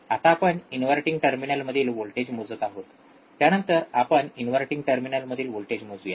आता आपण inverting terminal मधील व्होल्टेज मोजत आहोत त्यानंतर आपण नाॅन इनव्हर्टिंग टर्मिनलमधील व्होल्टेज मोजुया